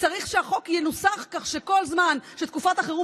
צריך שהחוק ינוסח כך שכל זמן שתקופת החירום